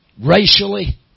racially